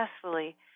successfully